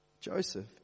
Joseph